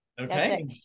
okay